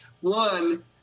One